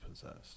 possessed